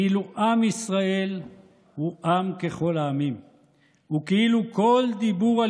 כאילו עם ישראל הוא עם ככל העמים וכאילו כל דיבור על